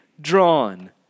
drawn